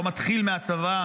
הוא לא מתחיל מהצבא,